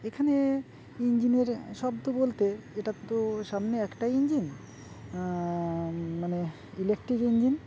এখানে ইঞ্জিনের শব্দ বলতে এটা তো সামনে একটাই ইঞ্জিন মানে ইলেকট্রিক ইঞ্জিন